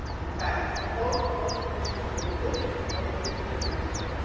in fact, in both, both traditions were religious. both traditions were christian.